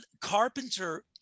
Carpenter